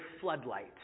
floodlight